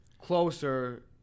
closer